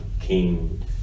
king